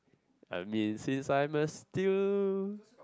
I mean since I'm a still